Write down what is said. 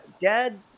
dad